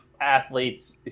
athletes